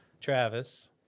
Travis